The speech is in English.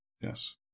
Yes